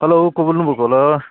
hello को बोल्नु भएको होला